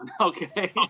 okay